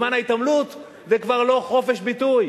זה לא כבר חופש ביטוי,